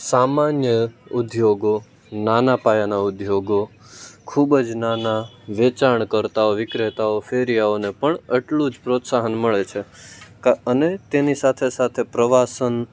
સામાન્ય ઉદ્યોગો નાના પાયાના ઉદ્યોગો ખૂબ જ નાના વેચાણકર્તાઓ વિક્રતાઓ ફેરિયાઓને પણ એટલું જ પ્રોત્સાહન મળે છે અને તેની સાથે સાથે પ્રવાસન